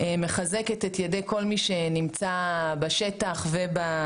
ואני מחזקת על ידי כל מי שנמצא בשטח ובפיקוד.